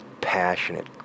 passionate